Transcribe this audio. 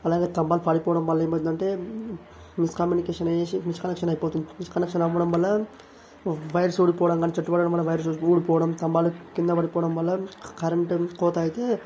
అలాగే స్తంభాలు పడిపోవడం వల్ల ఏమౌతుందంటే మిస్కమ్యునికేషన్ అయ్యేషి మిస్కనెక్షన్ అయిపోతుంది మిస్కనెక్షన్ అవ్వడం వల్ల వైర్స్ ఊడిపోవడంకాని చెట్లు పడడం వల్ల వైర్స్ ఊడిపోవడం స్తంభాలు కింద పడిపోవడం వల్ల కరెంట్ కోత అయితే